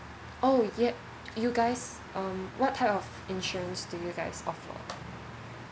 oh yup you guys um what type of insurance do you guys offer